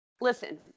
listen